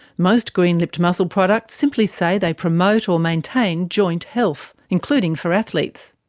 most green-lipped mussel products simply say they promote or maintain joint health, including for athletes.